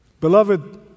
Beloved